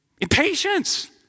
Impatience